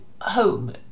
home